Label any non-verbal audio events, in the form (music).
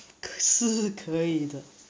(noise) 是可以的